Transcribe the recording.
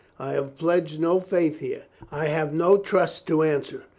i have pledged no faith here. i have no trust to answer.